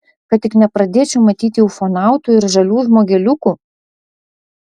kad tik nepradėčiau matyti ufonautų ir žalių žmogeliukų